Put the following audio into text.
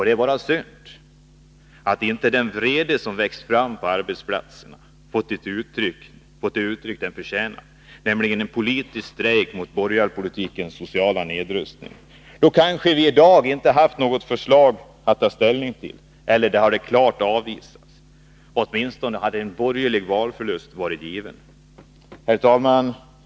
Det är bara synd att inte den vrede som har väckts fram på arbetsplatserna har fått det uttryck den förtjänar, nämligen en politisk strejk mot borgarpolitikens sociala nedrustning. Då kanske vi i dag inte hade haft något förslag att ta ställning till eller också hade ett eventuellt förslag kunnat klart avvisas. Åtminstone hade en borgerlig valförlust varit given. Herr talman!